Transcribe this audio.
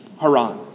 Haran